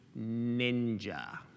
ninja